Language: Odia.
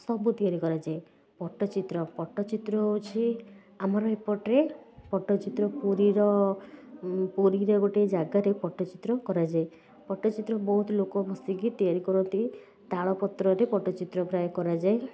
ସବୁ ତିଆରି କରାଯାଏ ପଟ୍ଟଚିତ୍ର ପଟ୍ଟଚିତ୍ର ହେଉଛି ଆମର ଏପଟରେ ପଟ୍ଟଚିତ୍ର ପୁରୀର ପୁରୀରେ ଗୋଟେ ଯାଗାରେ ପଟ୍ଟଚିତ୍ର କରାଯାଏ ପଟ୍ଟଚିତ୍ର ବହୁତ ଲୋକ ବସିକି ତିଆରି କରନ୍ତି ତାଳପତ୍ରରେ ପଟ୍ଟଚିତ୍ର ପ୍ରାୟ କରାଯାଏ